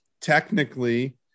technically